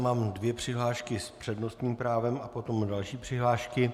Mám dvě přihlášky s přednostním právem a potom další přihlášky.